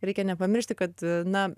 reikia nepamiršti kad na